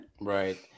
Right